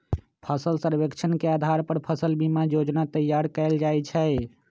फसल सर्वेक्षण के अधार पर फसल बीमा जोजना तइयार कएल जाइ छइ